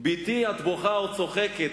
"בתי את בוכה או צוחקת",